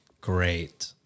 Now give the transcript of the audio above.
Great